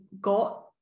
got